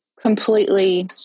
completely